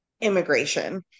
immigration